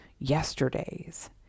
yesterday's